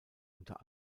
unter